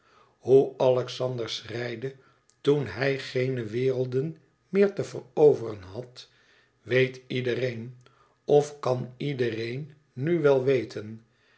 hoe alexander schreide toen hij geene werelden meer te veroveren had weet iedereen of kan iedereen nu wel weten